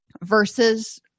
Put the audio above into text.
versus